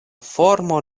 formo